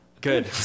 Good